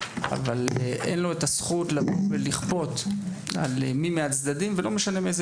אבל אין לו את הזכות לבוא ולכפות על מי מהצדדים ולא משנה מאיזה